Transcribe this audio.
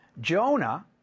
Jonah